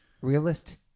realist